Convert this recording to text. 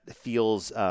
feels